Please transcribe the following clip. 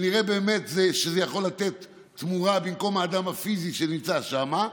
שנראה באמת שזה יכול לתת תמורה במקום האדם הפיזי שנמצא שם,